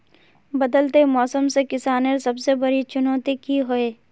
बदलते मौसम से किसानेर सबसे बड़ी चुनौती की होय?